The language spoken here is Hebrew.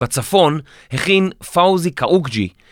בצפון הכין פאוזי קאוגג'י